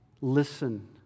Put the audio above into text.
listen